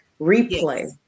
replay